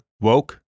Woke